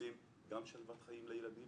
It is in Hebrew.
רוצים גם שלוות חיים לילדים.